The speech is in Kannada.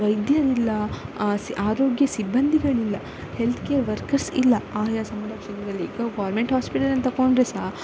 ವೈದ್ಯರಿಲ್ಲ ಆ ಸಿ ಆರೋಗ್ಯ ಸಿಬ್ಬಂದಿಗಳಿಲ್ಲ ಹೆಲ್ತ್ಕೇರ್ ವರ್ಕರ್ಸ್ ಇಲ್ಲ ಆಯಾ ಸಮುದಾಯ ಕ್ಷೇತ್ರದಲ್ಲಿ ಈಗ ಗೋರ್ಮೆಂಟ್ ಹಾಸ್ಪಿಟಲನ್ನು ತಕೊಂಡರೆ ಸಹ